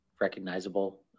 recognizable